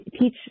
teach